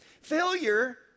failure